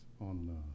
on